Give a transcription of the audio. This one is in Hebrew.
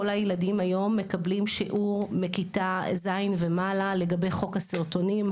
כל הילדים היום מקבלים שיעור מכיתה ז' ומעלה לגבי חוק הסרטונים,